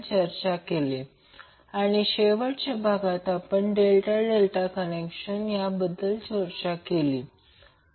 तर खरं तर जर Vab Vbc Vca असेल तर Δ तयार करा Vbc म्हणजे ही दिशा आणि Vca ही दिशा नंतर समतुल्य स्टार बनवा आणि या बिंदूला n म्हणून चिन्हांकित करा